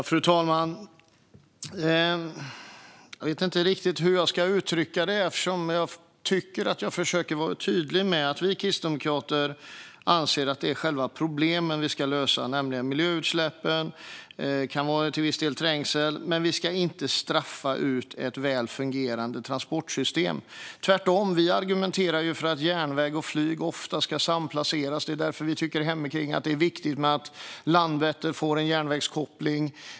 Fru talman! Jag vet inte riktigt hur jag ska uttrycka mig. Jag tycker ju att jag har försökt vara tydlig med att vi kristdemokrater anser att det är själva problemen vi ska lösa, nämligen miljöutsläppen och till viss del trängseln. Men vi ska inte straffa ut ett väl fungerande transportsystem. Tvärtom argumenterar vi för att järnväg och flyg ofta ska samplaceras. Det är därför vi hemomkring tycker att det är viktigt att Landvetter får en järnvägskoppling.